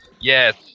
yes